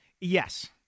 Yes